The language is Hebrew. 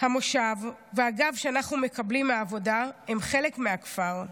המושב והגב שאנחנו מקבלים מהעבודה הם חלק מהכפר.